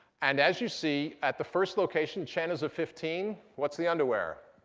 and as you see, at the first location, chen is a fifteen. what's the underwear?